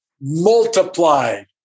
multiplied